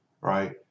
right